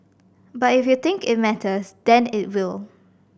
but if you think it matters then it will